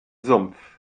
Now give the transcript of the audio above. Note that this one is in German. sumpf